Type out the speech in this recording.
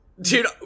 Dude